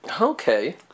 Okay